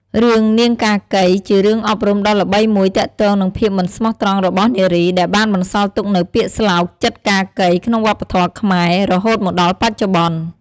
រឿង នាងកាកី ជារឿងអប់រំដ៏ល្បីមួយទាក់ទងនឹងភាពមិនស្មោះត្រង់របស់នារី ដែលបានបន្សល់ទុកនូវពាក្យស្លោក "ចិត្តកាកី" ក្នុងវប្បធម៌ខ្មែរ រហូតមកដល់បច្ចុប្បន្ន។